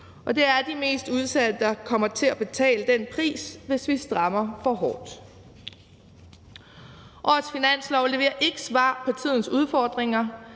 Og det er de mest udsatte, der kommer til at betale den pris, hvis vi strammer for hårdt. Årets finanslov leverer ikke svar på tidens udfordringer.